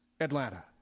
Atlanta